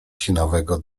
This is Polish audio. sinawego